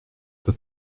peu